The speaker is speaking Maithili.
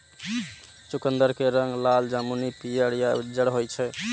चुकंदर के रंग लाल, जामुनी, पीयर या उज्जर होइ छै